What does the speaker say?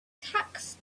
tax